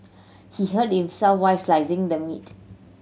he hurt himself while slicing the meat